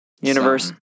Universe